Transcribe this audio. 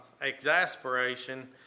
exasperation